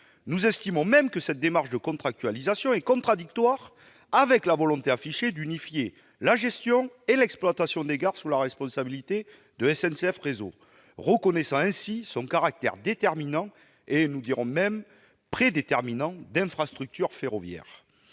Nous estimons même que la démarche de contractualisation est contradictoire avec la volonté affichée d'unifier la gestion et l'exploitation des gares sous la responsabilité de SNCF Réseau, reconnaissance implicite du caractère déterminant d'infrastructure ferroviaire